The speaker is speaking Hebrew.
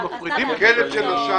אנחנו מפרידים כלב שנשך,